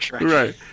Right